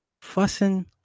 fussing